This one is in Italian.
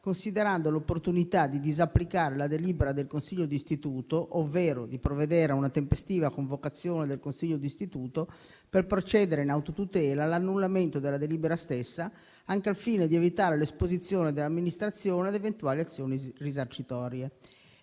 considerando l'opportunità di disapplicare la delibera del Consiglio di istituto, ovvero di provvedere a una tempestiva convocazione del Consiglio d'istituto, per procedere in autotutela all'annullamento della delibera stessa, anche al fine di evitare l'esposizione dell'amministrazione ad eventuali azioni risarcitorie.